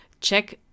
check